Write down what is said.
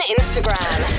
Instagram